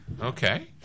Okay